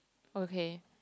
okay